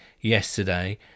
yesterday